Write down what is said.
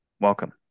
Welcome